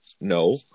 no